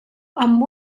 amb